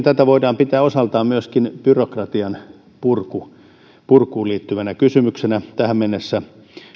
tätä voidaan pitää osaltaan myöskin byrokratian purkuun purkuun liittyvänä kysymyksenä tähän mennessä